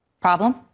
Problem